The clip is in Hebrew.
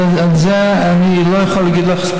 אז על זה אני לא יכול להגיד לך,